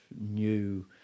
new